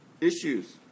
issues